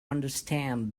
understand